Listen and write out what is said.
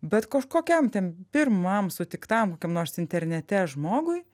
bet kažkokiam ten pirmam sutiktam kokiam nors internete žmogui